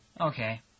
Okay